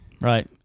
Right